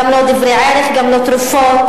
בדרך כלל בשעות הלילה המאוחרות,